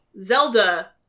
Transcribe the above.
Zelda